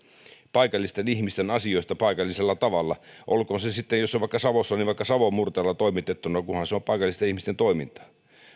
paikallisten ihmisten asioista paikallisella tavalla olkoon se sitten jos se on vaikka savossa vaikka savon murteella toimitettuna kunhan se on paikallisten ihmisten toimintaa